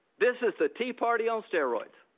this is the tea party on steroids.